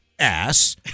Ass